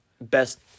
best